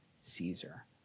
Caesar